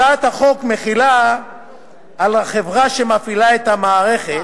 הצעת החוק מחילה על החברה שמפעילה את המערכת,